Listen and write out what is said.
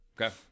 Okay